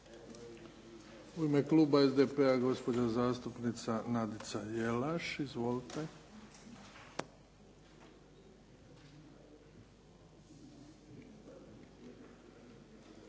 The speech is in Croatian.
U ime kluba SDP-a, gospođa zastupnica Nadica Jelaš. Izvolite.